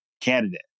candidate